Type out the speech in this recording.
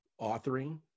authoring